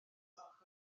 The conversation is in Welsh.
gwelwch